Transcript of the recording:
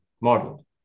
model